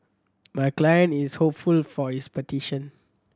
my client is hopeful for his petition